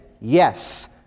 Yes